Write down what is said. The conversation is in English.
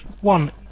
one